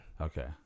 okay